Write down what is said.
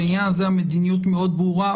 בעניין הזה המדיניות מאוד ברורה.